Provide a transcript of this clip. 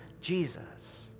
Jesus